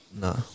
No